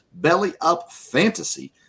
BELLYUPFANTASY